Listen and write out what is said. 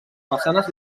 façanes